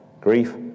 Grief